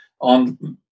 on